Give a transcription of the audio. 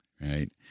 right